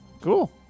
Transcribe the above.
cool